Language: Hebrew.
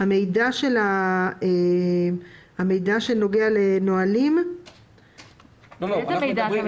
המידע שנוגע לנהלים --- אבהיר.